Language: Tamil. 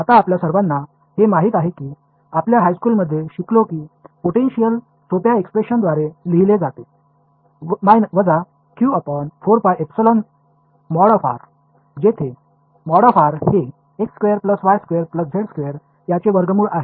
இப்போது ஒரு எளிய எக்ஸ்பிரஷன் ஆக கொடுக்கப்பட்டுள்ள பொட்டன்ஷியல் பற்றி நாம் அனைவரும் உயர்நிலைப் பள்ளியில் படித்துள்ளோம் அதாவது q4πε|r| இதில் |r| என்பது x2 y2 z2 இன் ஸ்கொயர் ரூட் ஆகும்